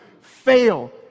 fail